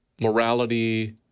morality